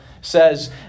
says